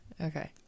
Okay